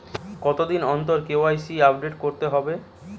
কতদিন অন্তর KYC update করতে হবে?